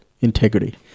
integrity